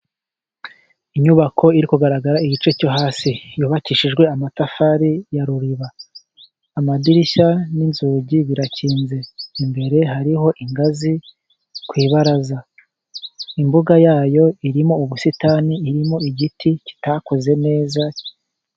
Inyubako iri kugaragara igice cyo hasi yubakishijwe amatafari ya ruriba, amadirishya n'inzugi birakinze imbere hariho ingazi ku ibaraza, imbuga yayo irimo ubusitani irimo igiti kitakuze neza.